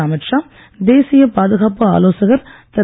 அமீத்ஷா தேசிய பாதுகாப்பு ஆலோசகர் திரு